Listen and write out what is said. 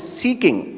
seeking